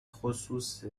خصوص